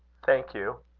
thank you.